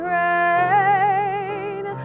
rain